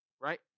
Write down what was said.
Right